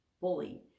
bully